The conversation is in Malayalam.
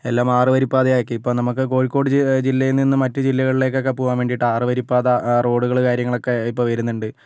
എല്ലാം ആറുവരിപ്പാതയാക്കി ഇപ്പം നമുക്ക് കോഴിക്കോട് ജി ജില്ലയിൽ നിന്ന് മറ്റ് ജില്ലകളിലേക്കൊക്കെ പോകാൻ വേണ്ടിയിട്ട് ആറുവരിപ്പാത റോഡുകൾ കാര്യങ്ങളൊക്കെ ഇപ്പോൾ വരുന്നുണ്ട്